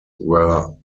were